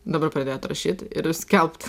dabar pradėjot rašyt ir skelbt